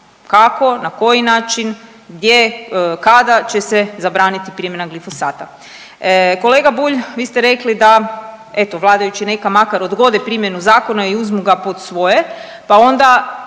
kako na koji način, gdje, kada će se zabraniti primjena glifosata. Kolega Bulj vi ste rekli da eto vladajući neka makar odgode primjenu zakona i uzmu ga pod svoje, pa onda